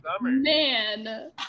man